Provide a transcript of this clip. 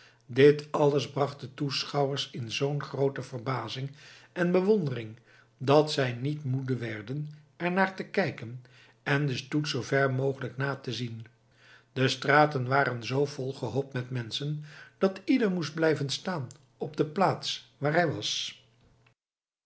dit alles bracht de toeschouwers in zoo'n groote verbazing en bewondering dat zij niet moede werden er naar te kijken en den stoet zoo ver mogelijk na te zien de straten waren zoo vol gehoopt met menschen dat ieder moest blijven staan op de plaats waar hij was